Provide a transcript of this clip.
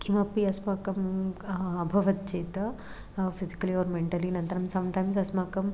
किमपि अस्माकं अभवत् चेत् फ़िजिकलि ओर् मेण्टलि अनन्तरं सम्टैम्स् अस्माकं